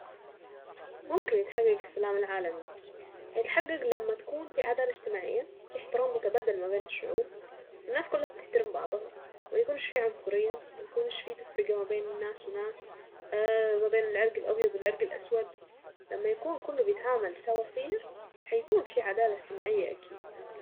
ممكن يتحقق السلام العالمي. هيتحقق لما تكون في عادة اجتماعية وفي احترام متبادل ما بين الشعوب الناس كلها بتحترم بعضها وميكونش في عنصرية وميكونش في تفرقة ما بين ناس وناس ما بين العرق الابيض والعرق الاسود لما يكون كله بيتعامل سواسية حيكون في عدالة اجتماعية.